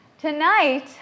Tonight